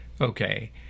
Okay